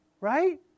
Right